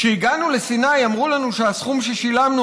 כשהגענו לסיני אמרו לנו שהסכום ששילמנו